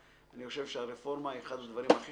אני חושב שהרפורמה היא אחד הדברים הכי